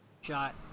shot